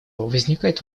возникает